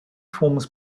forms